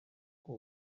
uko